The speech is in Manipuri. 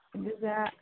ꯑꯗꯨꯒ